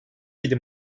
yedi